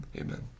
Amen